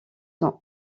sont